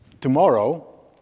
Tomorrow